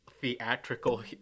theatrical